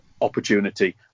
opportunity